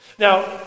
Now